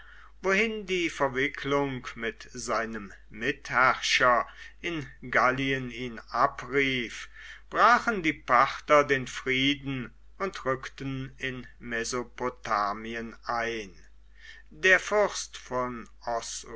wohin die verwicklung mit seinem mitherrscher in gallien ihn abrief brachen die parther den frieden und rückten in mesopotamien ein der fürst von